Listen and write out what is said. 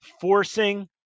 forcing